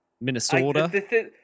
Minnesota